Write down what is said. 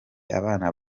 abana